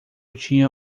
tinha